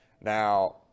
Now